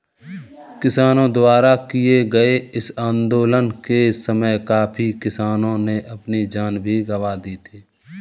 किसानों द्वारा किए गए इस आंदोलन के समय काफी किसानों ने अपनी जान भी गंवा दी थी